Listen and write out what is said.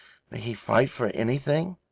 he fight for anything?